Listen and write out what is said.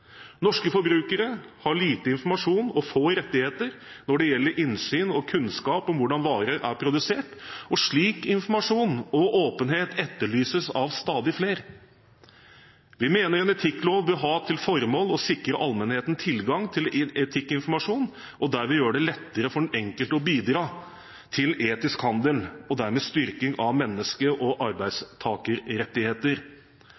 Norske forbrukere har lite informasjon og få rettigheter når det gjelder innsyn i og kunnskap om hvordan varer er produsert. Slik informasjon og åpenhet etterlyses av stadig flere. Vi mener at en etikklov bør ha til formål å sikre allmennheten tilgang til etikkinformasjon og derved gjøre det lettere for den enkelte å bidra til etisk handel og dermed en styrking av menneske- og